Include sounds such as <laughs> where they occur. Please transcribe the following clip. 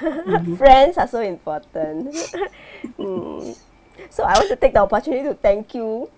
<laughs> friends are so important <laughs> mm so I also take the opportunity to thank you